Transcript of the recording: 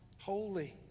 holy